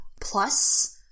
plus